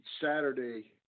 Saturday